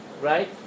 right